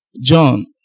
John